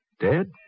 dead